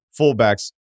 fullbacks